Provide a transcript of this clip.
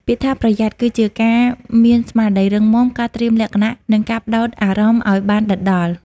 ពាក្យថា «ប្រយ័ត្ន» គឺជាការមានស្មារតីរឹងមាំ ការត្រៀមលក្ខណៈ និងការផ្ដោតអារម្មណ៍ឱ្យបានដិតដល់។